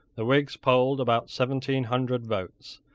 the whigs polled about seventeen hundred votes,